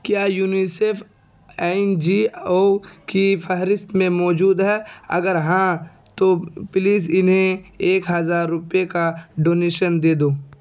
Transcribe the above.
کیا UNICEF N G O کی فہرست میں موجود ہے اگر ہاں تو پلیز انہیں ایک ہزار روپئے کا ڈونیشن دے دو